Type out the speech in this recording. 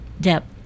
depth